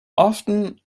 often